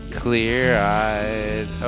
clear-eyed